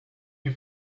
you